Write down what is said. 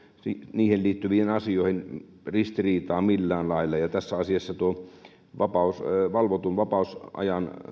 niihin liittyviin asioihin ristiriitaa millään lailla tässä asiassa tuohon valvotun vapausajan